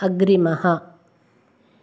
अग्रिमः